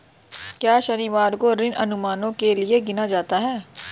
क्या शनिवार को ऋण अनुमानों के लिए गिना जाता है?